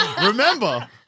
remember